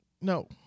No